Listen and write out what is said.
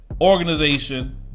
organization